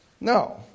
No